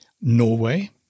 Norway